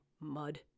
mud